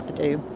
do.